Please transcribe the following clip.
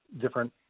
different